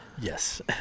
Yes